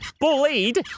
bullied